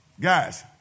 Guys